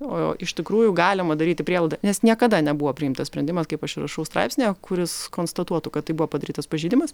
o iš tikrųjų galima daryti prielaidą nes niekada nebuvo priimtas sprendimas kaip aš ir rašau straipsnyje kuris konstatuotų kad tai buvo padarytas pažeidimas